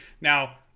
Now